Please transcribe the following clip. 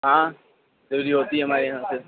ہاں ڈلیوری ہوتی ہے ہمارے یہاں سے